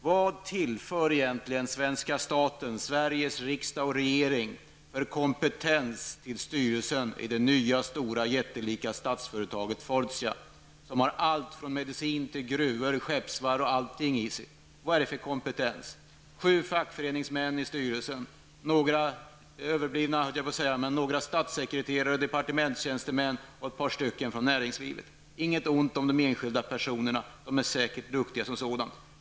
Vad tillför egentligen svenska staten -- Sveriges riksdag och regering -- för kompetens i styrelsen i det nya, jättelika statsföretaget Fortia, som har allt från medicin till gruvor och skeppsvarv? Sju fackföreningsmän, några statssekreterare och departementstjänstemän, och ett par personer från näringslivet ingår i styrelsen. Inget ont om de enskilda personerna, de är säkert duktiga.